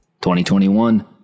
2021